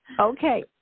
Okay